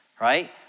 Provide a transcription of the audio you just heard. right